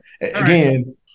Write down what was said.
Again